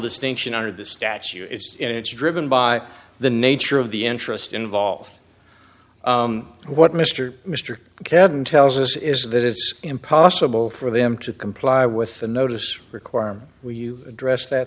distinction under the statute it's driven by the nature of the interest involved what mr mr cadden tells us is that it's impossible for them to comply with the notice requirement where you address that